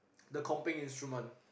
the comping instrument